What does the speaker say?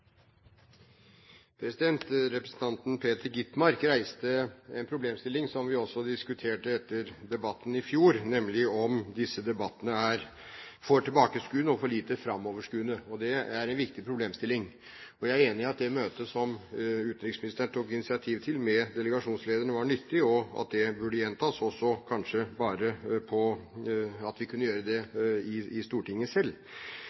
Representanten Peter Skovholt Gitmark reiste en problemstilling som vi også diskuterte etter debatten i fjor, nemlig om disse debattene er for «tilbakeskuende» og for lite «framoverskuende». Det er en viktig problemstilling. Jeg er enig i at det møtet med delegasjonslederne som utenriksministeren tok initiativ til, var nyttig, og at det burde gjentas – kanskje kunne vi gjøre det i Stortinget selv.